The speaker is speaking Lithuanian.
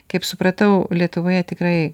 kaip supratau lietuvoje tikrai